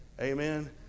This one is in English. Amen